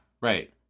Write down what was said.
right